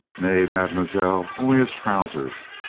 nay, mademoiselle. only his trousers.